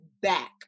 back